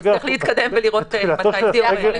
לנהל ישיבה,